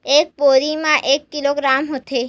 एक बोरी म के किलोग्राम होथे?